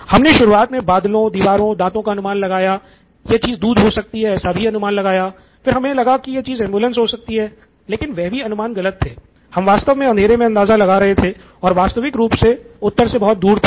हमने शुरुआत मे बादलों दीवारों दाँतों का अनुमान लगाया यह चीज़ दूध हो सकती है ऐसा भी अनुमान लगाया फिर हमे लगा की यह चीज़ एम्बुलेंस हो सकती है लेकिन वह सभी अनुमान गलत थे हम वास्तव में अंधेरे में अंदाज़ा लगा रहे थे और वास्तविक उत्तर से बहुत दूर थे